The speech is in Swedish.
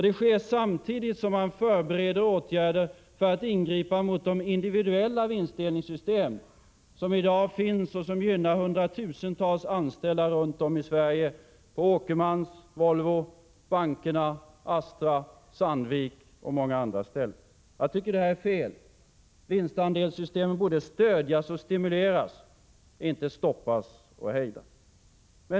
Detta sker samtidigt som man förbereder åtgärder för att ingripa mot de system för individuell vinstdelning som i dag finns och som gynnar hundratusentals anställda runt om i Sverige - på Åkermans, Volvo, bankerna, Astra, Sandvik och många andra ställen. Jag tycker att det här är fel. Vinstandelssystemet borde stödjas och stimuleras, inte stoppas.